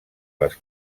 les